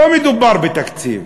לא מדובר בתקציב,